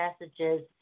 messages